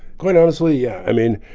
quite honestly, yeah. i mean,